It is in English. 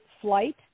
flight